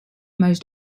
most